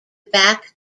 back